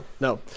No